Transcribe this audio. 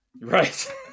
Right